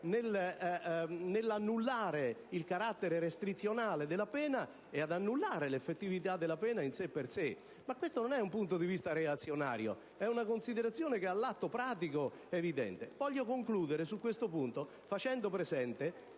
annullando il carattere restrizionale della pena e l'effettività della stessa. Ma questo non è un punto di vista reazionario: è una considerazione che all'atto pratico è evidente. Concludo su questo punto, facendo presente